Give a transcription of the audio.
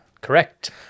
Correct